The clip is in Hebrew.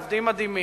הם עובדים מדהימים.